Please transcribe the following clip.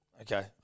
Okay